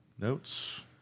Notes